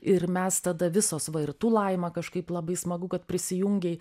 ir mes tada visos va ir tu laima kažkaip labai smagu kad prisijungei